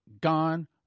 gone